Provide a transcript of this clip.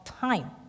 time